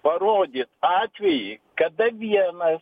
parody atvejį kada viena